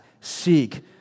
seek